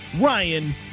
Ryan